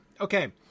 Okay